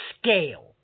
scale